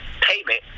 payment